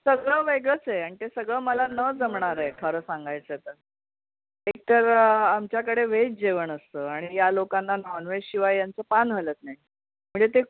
सगळं वेगळंच आहे आणि ते मला न जमणारं आहे खरं सांगायचं तर एकतर आमच्याकडे व्हेज जेवण असतं आणि या लोकांना नॉनव्हेजशिवाय यांचं पान हलत नाही म्हणजे ते